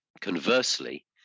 conversely